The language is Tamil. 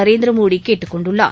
நரேந்திரமோடி கேட்டுக் கொண்டுள்ளார்